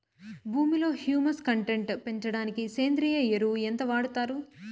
భూమిలో humus content పెంచడానికి సేంద్రియ ఎరువు ఎంత వాడుతారు